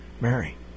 Mary